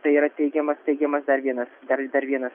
tai yra teigiamas teigiamas dar vienas dar dar vienas